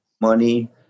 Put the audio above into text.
money